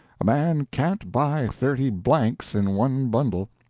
a man can't buy thirty blanks in one bundle.